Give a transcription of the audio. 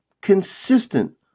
consistent